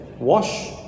Wash